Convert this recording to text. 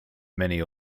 many